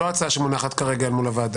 לא ההצעה שמונחת כרגע אל מול הוועדה.